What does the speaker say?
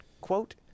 quote